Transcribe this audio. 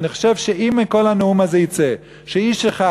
אני חושב שאם מכל הנאום הזה יצא שאיש אחד